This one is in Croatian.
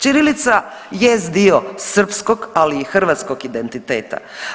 Ćirilica jest dio srpskog, ali i hrvatskog identiteta.